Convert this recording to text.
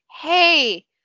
Hey